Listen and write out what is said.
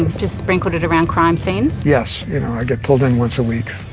just sprinkled it around crime scenes? yes, you know i get pulled in once a week.